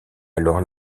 alors